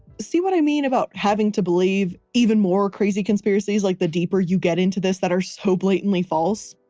see what i mean about having to believe even more crazy conspiracies like the deeper you get into this that are so blatantly false?